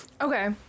Okay